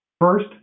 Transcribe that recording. First